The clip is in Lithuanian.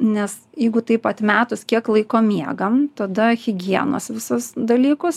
nes jeigu taip atmetus kiek laiko miegam tada higienos visus dalykus